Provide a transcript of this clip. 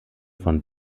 von